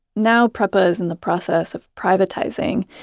now prepa is in the process of privatizing.